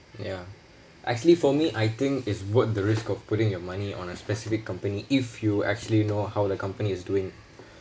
ya actually for me I think is worth the risk of putting your money on a specific company if you actually know how the company is doing